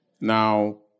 Now